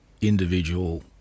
individual